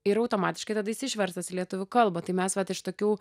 ir automatiškai tada jis išverstas į lietuvių kalbą tai mes vat iš tokių